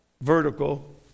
vertical